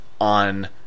on